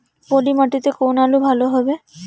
পলি মাটিতে কোন আলু ভালো হবে?